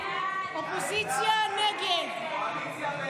סעיף 2, כהצעת הוועדה, נתקבל.